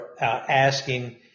asking